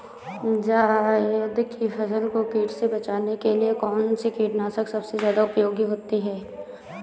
जायद की फसल को कीट से बचाने के लिए कौन से कीटनाशक सबसे ज्यादा उपयोगी होती है?